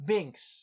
Binks